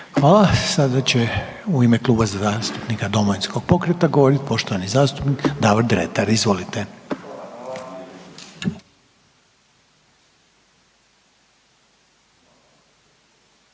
Hvala. Sada će u ime Kluba zastupnika Domovinskog pokreta govorit poštovani zastupnik Davor Dretar, izvolite.